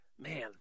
man